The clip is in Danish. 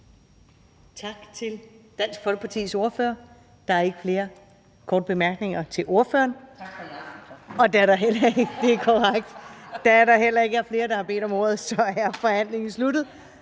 Tak til Dansk Folkepartis ordfører. Der er ikke flere korte bemærkninger til ordføreren. (Karina Adsbøl (DF): Tak for i aften så). Da der ikke er flere, der har bedt om ordet, er forhandlingen sluttet.